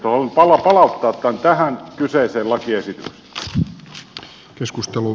tämä luiskahti vähän syrjäpoluille tämä keskustelu